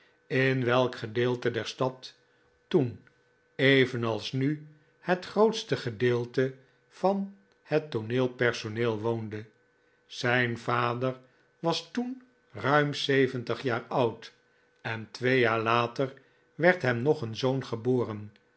in welk gedeelte der stad toen evenals nu het grootste gedeelte van het tooneelpersoneel woonde zijn vader was toen ruim zeventig jaar oud en twee jaar later werd hem nog een zoon geboren